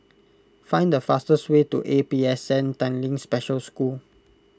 find the fastest way to A P S N Tanglin Special School